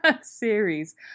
series